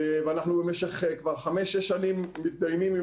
אנחנו במשך כבר חמש-שש שנים מתדיינים עם